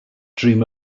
dream